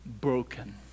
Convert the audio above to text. broken